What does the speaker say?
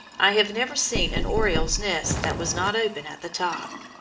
i have never seen an oriole's nest that was not open at the top.